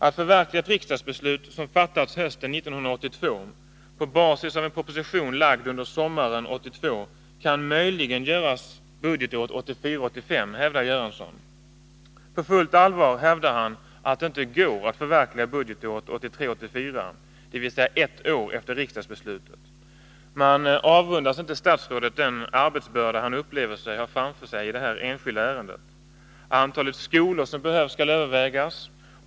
Att förverkliga ett riksdagsbeslut som fattats hösten 1982, på basis av en proposition framlagd under sommaren 1982, kan möjligen göras budgetåret 1984 84, dvs. ett år efter riksdagsbeslutet. Man avundas inte statsrådet den arbetsbörda han upplever sig ha framför sig i det här enskilda ärendet. Antalet skolor som behövs skall övervägas.